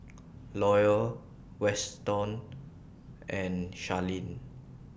Lorie Weston and Sharleen